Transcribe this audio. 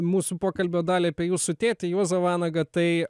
mūsų pokalbio dalį apie jūsų tėtį juozą vanagą tai